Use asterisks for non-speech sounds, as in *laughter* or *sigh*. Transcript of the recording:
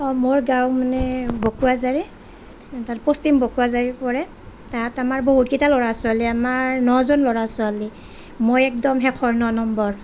মোৰ গাঁও মানে বকুৱাজাৰী *unintelligible* পশ্চিম বকুৱাজাৰী পৰে তাত আমাৰ বহুতকেইটা ল'ৰা ছোৱালী আমাৰ ন জন ল'ৰা ছোৱালী মই একদম শেষৰ ন নম্বৰ